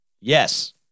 yes